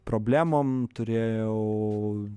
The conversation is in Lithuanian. problemom turėjau